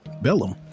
Bellum